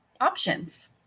options